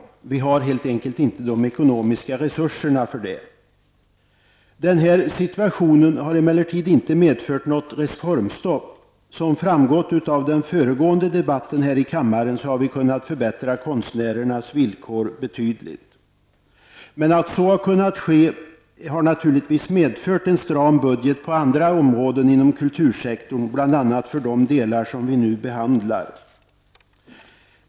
Det finns helt enkelt inte ekonomiska resurser för det. Den här situationen har emellertid inte medfört något reformstopp. Som framgick av den föregående debatten här i kammaren har vi kunnat förbättra konstnärernas villkor betydligt. Detta har naturligtvis medfört en stram budget på andra områden inom kultursektorn, bl.a. när det gäller de delar som vi nu behandlar.